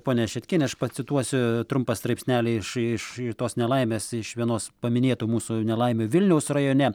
ponia šetkiene aš pacituosiu trumpą straipsnelį iš iš tos nelaimės iš vienos paminėtų mūsų nelaimių vilniaus rajone